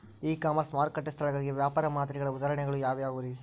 E commerce ಮಾರುಕಟ್ಟೆ ಸ್ಥಳಗಳಿಗೆ ವ್ಯಾಪಾರ ಮಾದರಿಗಳ ಉದಾಹರಣೆಗಳು ಯಾವವುರೇ?